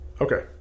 Okay